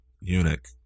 eunuch